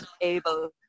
able